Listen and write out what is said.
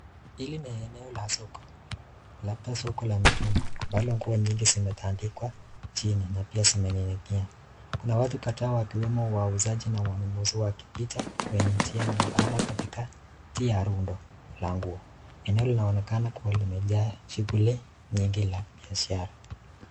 Hili ni eneo la soko labda soko la mtumba , ambalo nguo mingi zimewekwa chini na zingine zimeninginia. Kuna watu kadhaa wakiwemo wanunuzi na wauzaji wakipita kwenye njia nyembamba. Eneo inaonyesha kua imejaa shughuli za kibiashara.